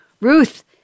Ruth